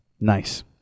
Nice